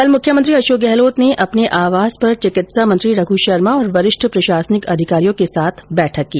कल मुख्यमंत्री अशोक गहलोत ने अपने आवास पर चिकित्सा मंत्री रघु शर्मा और वरिष्ठ प्रशासनिक अधिकारियों के साथ बैठक की